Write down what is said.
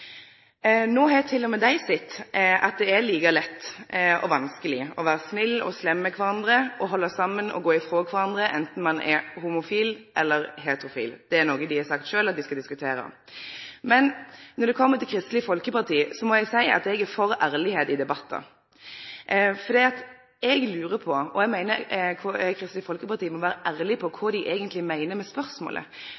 har til og med dei sett at det er like lett og vanskeleg å vere snill og slem mot kvarandre og halde saman og gå frå kvarandre enten ein er homofil eller heterofil. Det er noko dei har sagt sjølve at dei skal diskutere. Men når det kjem til Kristeleg Folkeparti, må eg seie at eg er for ærlegdom i debattar. Eg meiner Kristeleg Folkeparti må vere ærleg på kva dei eigentleg meiner med spørsmålet. Meiner Kristeleg Folkeparti